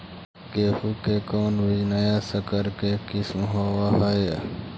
गेहू की कोन बीज नया सकर के किस्म होब हय?